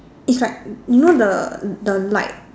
it's like you know the the light